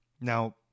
Now